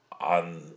on